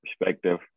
perspective